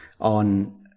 on